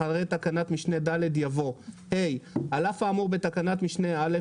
אחרי תקנת משנה (ד) יבוא: "(ה) על אף האמור בתקנת משנה (א),